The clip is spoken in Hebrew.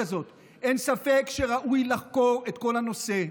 הזאת: אין ספק שראוי לחקור את כל הנושא.